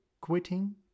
Quitting